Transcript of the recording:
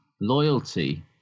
loyalty